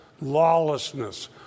lawlessness